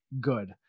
good